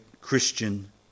Christian